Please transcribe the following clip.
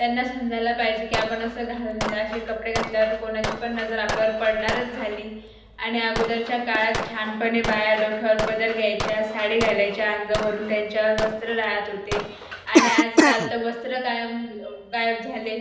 त्यांना समजायला पाहिजे की आपण असं घाल असे कपडे घातल्यावर कोणाची पण नजर आपल्यावर पडणारच झाली आणि अगोदरच्या काळात छानपणे बाया डोक्यावर पदर घ्यायच्या साडी घालायच्या अंगावरून त्यांच्यावर वस्त्र रहात होते आणि आजकाल तर वस्त्र काय गायब झाले